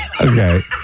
Okay